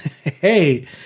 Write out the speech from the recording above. Hey